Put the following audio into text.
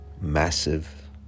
massive